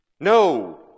No